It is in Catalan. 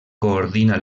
coordina